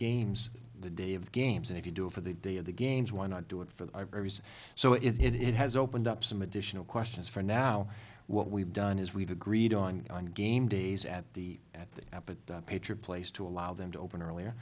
games the day of games and if you do it for the day of the games why not do it for the so if it has opened up some additional questions for now what we've done is we've agreed on game days at the at the apple patriot place to allow them to open earlier